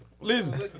Listen